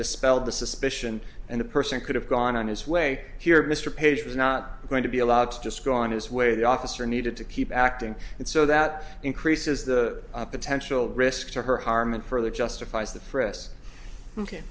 dispelled the suspicion and the person could have gone on his way here mr page was not going to be allowed to just go on his way the officer needed to keep acting and so that increases the potential risk to her harm and further justifies the